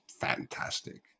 fantastic